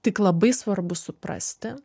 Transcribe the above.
tik labai svarbu suprasti